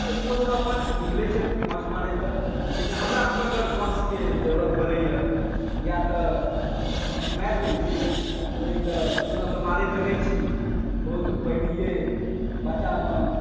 तऽ ओसभ अपन निकलैत छै माछ मारयलऽ लेकिन हमरा सभके अगर माछकेँ जरुरत पड़यए या तऽ मारि लैत छी आ नहि तऽ ओना तऽ मारय तऽ नहि छी बहुत पहिलहियै बच्चामऽ